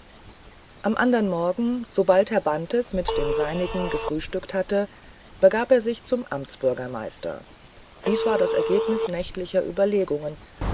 am anderen morgen sobald herr bantes mit den seinigen gefrühstückt hatte begab er sich zum amtsbürgermeister dies war das ergebnis nächtlicher überlegungen